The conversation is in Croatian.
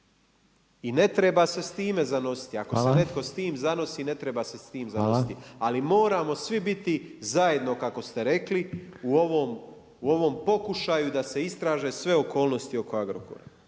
I ne treba se s time zanositi, ako se netko s time zanosi, ne treba se s tim zanositi. Ali moramo svi biti zajedno, kako ste rekli, u ovom pokušaju da se istraže sve okolnosti oko Agrokora.